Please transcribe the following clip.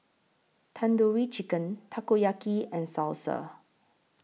Tandoori Chicken Takoyaki and Salsa